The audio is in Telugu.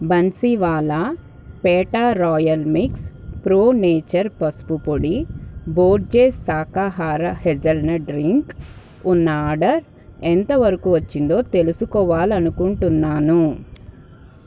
Bansiwala petha royal mix pro nature పసుపు పొడి బోర్జెస్ శాకాహార హెజల్నట్ డ్రింక్ ఉన్న ఆర్డర్ ఎంతవరకొచ్చిందో తెలుసుకోవాలనుకుంటున్నాను